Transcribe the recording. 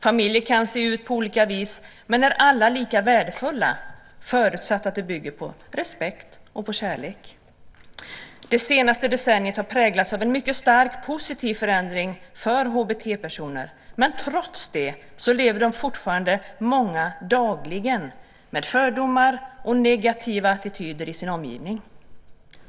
Familjer kan se ut på olika vis men är alla lika värdefulla förutsatt att de bygger på respekt och kärlek. Det senaste decenniet har präglats av en mycket stark positiv förändring för HBT-personer, men trots det tvingas många av dem fortfarande att dagligen leva med uttryck för fördomar och negativa attityder i sin omgivning.